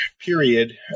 period